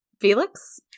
Felix